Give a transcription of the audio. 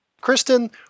Kristen